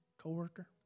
co-worker